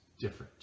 different